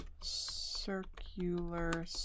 circular